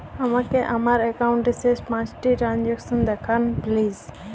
আমাকে আমার একাউন্টের শেষ পাঁচটি ট্রানজ্যাকসন দেখান প্লিজ